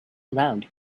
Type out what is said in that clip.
around